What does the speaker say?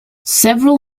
several